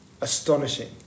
astonishing